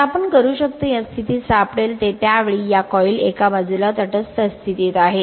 आता आपणकरू शकता या स्थितीत सापडेल ते त्या वेळी या कॉईल एका बाजूला तटस्थ स्थितीत आहे